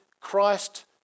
Christ